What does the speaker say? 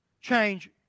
change